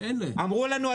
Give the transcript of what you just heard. אמרו לנו,